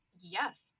Yes